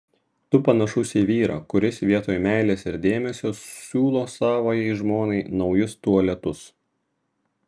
tu panašus į vyrą kuris vietoj meilės ir dėmesio siūlo savajai žmonai naujus tualetus